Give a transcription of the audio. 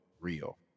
real